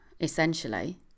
essentially